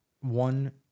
one